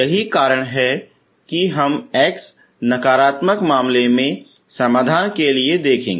यही कारण है कि हम x नकारात्मक मामले में समाधान के लिए देखें